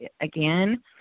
again